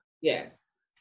Yes